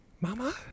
Mama